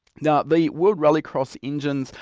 now the world rallycross engines,